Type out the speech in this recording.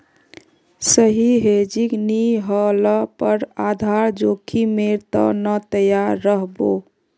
सही हेजिंग नी ह ल पर आधार जोखीमेर त न तैयार रह बो